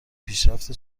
پیشرفت